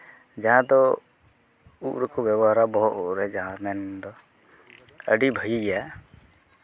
ᱡᱟᱦᱟᱸ ᱫᱚ ᱩᱵ ᱨᱮᱠᱚ ᱵᱮᱵᱚᱦᱟᱨᱟ ᱵᱚᱦᱚᱜ ᱩᱵ ᱨᱮ ᱡᱟᱦᱟᱸ ᱢᱮᱱᱫᱚ ᱟᱹᱰᱤ ᱵᱷᱟᱹᱜᱤ ᱜᱮᱭᱟ